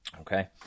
Okay